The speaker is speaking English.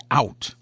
out